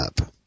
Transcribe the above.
up